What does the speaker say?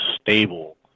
stable